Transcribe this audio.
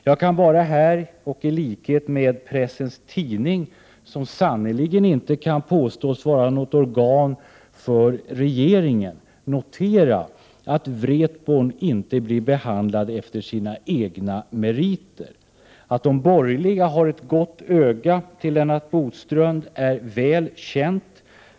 Jag kan här och i likhet med Pressens Tidning, som sannerligen inte kan påstås vara något organ för regeringen, notera att Wretborn inte blir behandlad efter sina egna meriter. Att de borgerliga har ett gott öga till Lennart Bodström är väl känt.